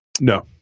No